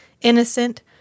innocent